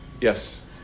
Yes